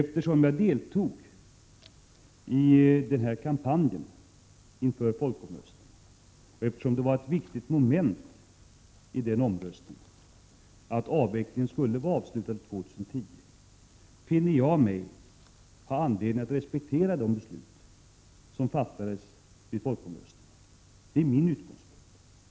Eftersom jag deltog i kampanjen inför folkomröstningen och eftersom det var ett viktigt moment i den kampanjen att avvecklingen skulle vara avslutad år 2010, finner jag mig ha anledning att respektera det beslut som fattades på basis av folkomröstningen. Det är min utgångspunkt.